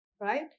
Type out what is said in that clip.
right